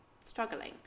struggling